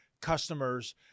customers